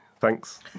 Thanks